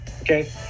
okay